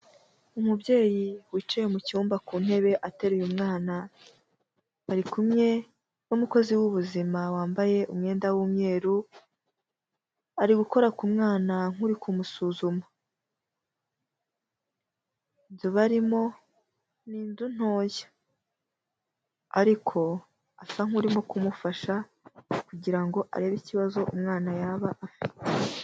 Umubyeyi wicaye mucyumba ku ntebe ateruye umwana, bari kumwe n'umukozi w'ubuzima wambaye umwenda w'umweru, ari gukora ku mwana nk'uri kumusuzuma. Inzu barimo ni inzu ntoya, ariko asa nk'urimo kumufasha kugirango arebe ikibazo umwana yaba afite.